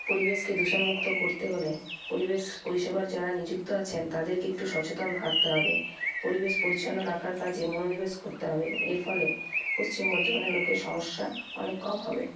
পরিবেশকে দূষণমুক্ত করতে হলে পরিবেশ পরিষেবার যারা নিযুক্ত আছেন তাদেরকে একটু সচেতন থাকতে হবে পরিবেশ পরিচ্ছন্ন রাখার কাজে মনোনিবেশ করতে হবে এর ফলে পশ্চিম বর্ধমানের লোকের সমস্যা অনেক কম হবে